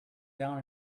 down